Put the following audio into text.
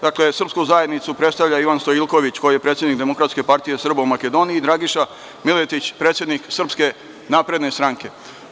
Dakle, srpsku zajednicu predstavlja Ivan Stojiljković koji je predsednik Demokratske partije Srba u Makedoniji i Dragiša Miletić predsednik SNS.